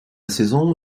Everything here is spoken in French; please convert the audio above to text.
saison